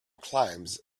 climbs